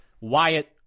Wyatt